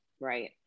Right